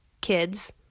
kids